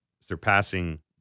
Surpassing